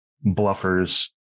bluffers